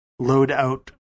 loadout